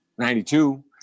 92